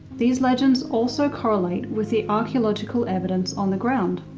these legends also correlate with the archeological evidence on the ground.